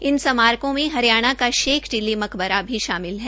इन स्मारकों में हरियाणा का शेख चिल्ली मकबरा भी शामिल है